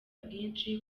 bwinshi